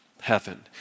heaven